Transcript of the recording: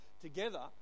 together